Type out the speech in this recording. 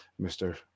Mr